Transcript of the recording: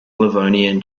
livonian